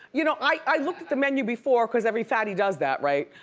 you know, i looked at the menu before cause every fatty does that, right?